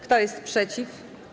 Kto jest przeciw?